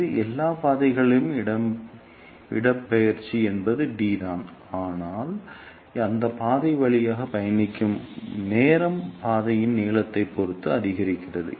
இந்த எல்லா பாதைகளிலும் இடப்பெயர்ச்சி என்பது d தான் ஆனால் அந்த பாதை வழியாக பயணிக்க எடுக்கும் நேரம் பாதையின் நீளத்தைப் பொறுத்து அதிகரிக்கிறது